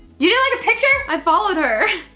you didn't like a picture? i followed her.